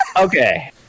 Okay